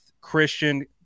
Christian